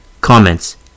Comments